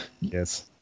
Yes